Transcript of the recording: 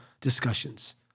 discussions